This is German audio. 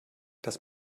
das